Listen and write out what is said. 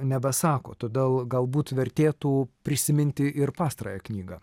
nebesako todėl galbūt vertėtų prisiminti ir pastarąją knygą